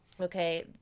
okay